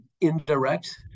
indirect